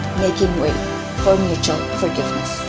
making way for mutual forgiveness.